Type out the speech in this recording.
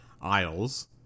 Isles